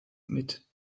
mit